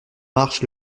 marche